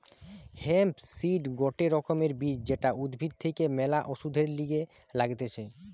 hemp seed গটে রকমের বীজ যেটা উদ্ভিদ থেকে ম্যালা ওষুধের লিগে লাগতিছে